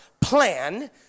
plan